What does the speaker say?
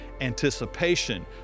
anticipation